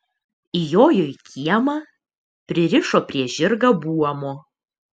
įjojo į kiemą pririšo prie žirgą buomo